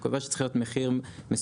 הוא קובע שצריך להיות מחיר מסוים,